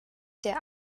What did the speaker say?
der